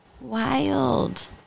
wild